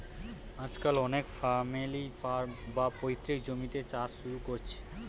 আজকাল অনেকে family farm, বা পৈতৃক জমিতে চাষ শুরু কোরছে